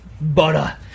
butter